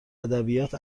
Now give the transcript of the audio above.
ادبیات